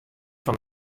fan